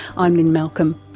i'm lynne malcolm,